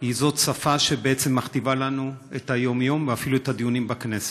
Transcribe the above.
היא זאת פה שבעצם מכתיבה לנו את היום-יום ואפילו את הדיונים בכנסת.